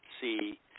see